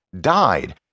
died